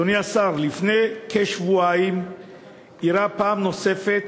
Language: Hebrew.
אדוני השר, לפני כשבועיים אירעה פעם נוספת